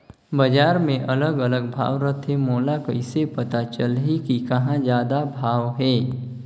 बजार मे अलग अलग भाव रथे, मोला कइसे पता चलही कि कहां जादा भाव हे?